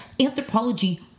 anthropology